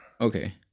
Okay